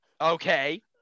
Okay